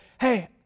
hey